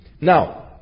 Now